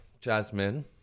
jasmine